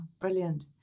Brilliant